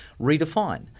Redefine